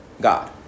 God